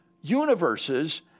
universes